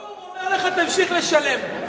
בקיצור, הוא אומר לך: תמשיך לשלם.